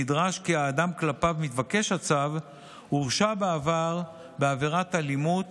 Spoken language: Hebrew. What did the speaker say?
נדרש כי האדם שכלפיו מתבקש הצו הורשע בעבר בעבירת אלימות